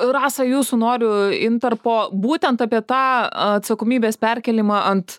rasa jūsų noriu intarpo būtent apie tą atsakomybės perkėlimą ant